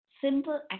simple